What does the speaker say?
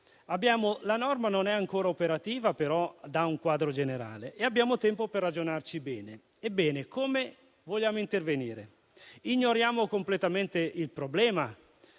La norma non è ancora operativa, però dà un quadro generale e abbiamo tempo per ragionarci bene. Ebbene, come vogliamo intervenire? Ignoriamo completamente il problema,